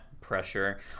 pressure